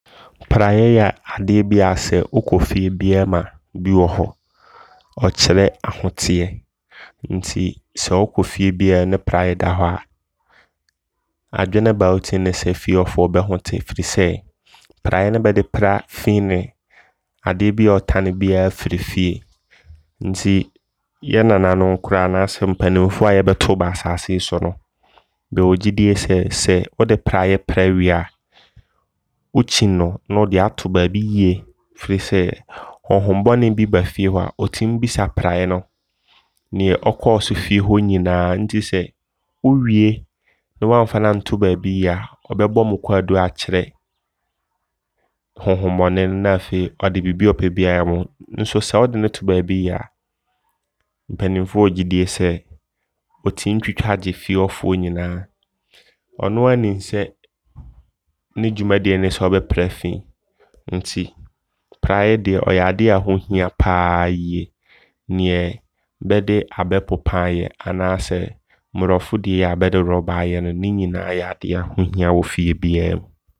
Prayɛ yɛbadeɛ bia sɛ wokɔ fie biaa mu a bi wɔ hɔ. Ɔkyerɛ ahoteɛ. Nti sɛ wokɔ fie biaa mu ne prayɛ da hɔ a, adwene a ɛba wotim ne sɛ fie hɔfoɔ bɛ ho te. Firi sɛ prayɛ ne bɛde pra fi ne adeɛ biaa ɔɔtane biara firi fie. Nti yɛ nananom koraa anaasɛ mpanimfoɔ yɛbɛtoo bɛ asaase yi so no, bɛwɔ gyidie ɛ sɛ wode prayɛ pra wie a, wokyim no ne wode ato baabi yie. Firi sɛ honhom bɔne bi ba fie hɔ a ɔtim bisa prayɛ no neɛ ɔkɔɔso fie hɔ nyinaa. Nti sɛ wo wie ne wamfa no anto baabi yie a ɔbɛbɔ mo kwaadu akyerɛ honhom bɔne no na afei ɔde bibia ɔpɛ biaa ayɛ ho. Nso sɛ wode no to baabi yie a, mpanimfoɔ wɔ gyidie sɛ ɔtim twitwa gye hɔfoɔ nyinaa. Ɔnoaa nim sɛ ne dwumadie ne sɛ ɔbɛpra fi. Nti prayɛ deɛ ɔyɛ adea ho hia paa yie. Neɛ bɛde abɛ popa ayɛ anaasɛ mmorɔfo yia bɛde rubber ayɛ no ne nyinaa yɛ adea ho hia wɔ fie biaa mu.